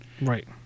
Right